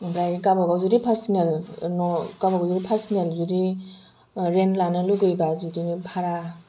ओमफ्राय गावबागाव जुदि पारसनेल न' गावबागाव जुदि पारसनेल जुदि रेन्ट लानो लुबैयोब्ला जुदि भारा